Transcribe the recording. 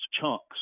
chunks